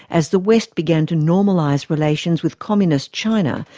as the west began to normalise relations with communist china,